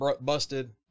busted